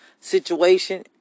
situation